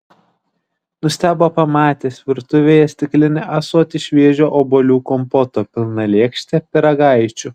nustebo pamatęs virtuvėje stiklinį ąsotį šviežio obuolių kompoto pilną lėkštę pyragaičių